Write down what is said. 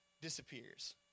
disappears